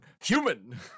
human